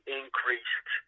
increased